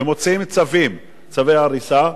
ומוציאים צווים, צווי הריסה.